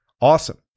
awesome